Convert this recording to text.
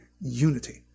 unity